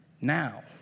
now